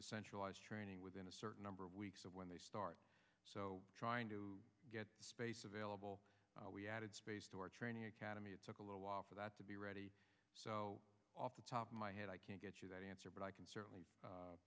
to centralize training within a certain number of weeks of when they start so trying to get space available we added space to our training academy took a little while for that to be ready off the top of my head i can't get you that answer but i can certainly